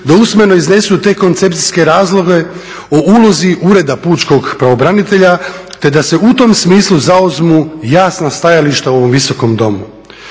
da usmeno iznesu te koncepcijske razloge o ulozi Ureda pučkog pravobranitelja, te da se u tom smislu zauzmu jasna stajališta u ovom Visokom domu.